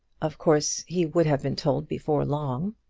of course he would have been told before long.